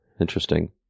Interesting